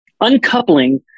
uncoupling